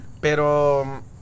pero